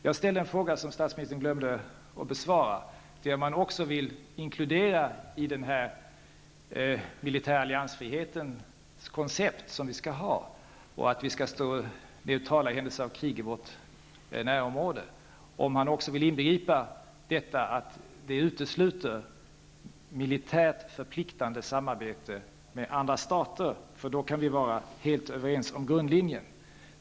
Jag ställde en fråga som statsministern glömde att besvara, nämligen om han i det koncept vi skall ha när det gäller militär alliansfrihet och att vi skall stå neutrala i händelse av krig i vårt närområde också vill inbegripa att detta utesluter militärt förpliktande samarbete med andra stater. I så fall kan vi vara helt överens om grundlinjen.